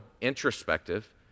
introspective